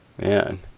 Man